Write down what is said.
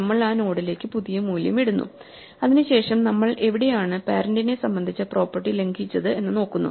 നമ്മൾ ആ നോഡിലേക്ക് പുതിയ മൂല്യം ഇടുന്നു അതിനുശേഷം നമ്മൾ എവിടെയാണ് പേരെന്റിന്റെ സംബന്ധിച്ച പ്രോപ്പർട്ടി ലംഘിച്ചത് എന്ന് നോക്കുന്നു